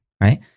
right